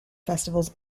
festivals